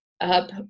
up